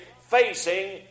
Facing